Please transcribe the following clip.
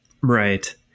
Right